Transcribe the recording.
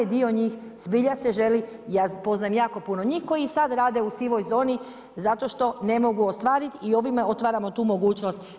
Dio njih zbilja se želi, ja poznajem jako puno njih koji i sad rade u sivoj zoni zato što ne mogu ostvarit i ovime otvaramo tu mogućnost.